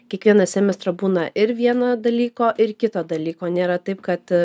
kiekvieną semestrą būna ir vieno dalyko ir kito dalyko nėra taip kad